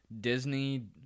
Disney